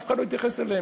אף אחד לא התייחס אליהם,